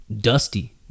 dusty